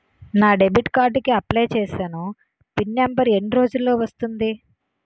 నా debit card కి apply చూసాను పిన్ నంబర్ ఎన్ని రోజుల్లో వస్తుంది?